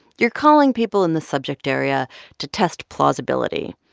you're calling people in the subject area to test plausibility,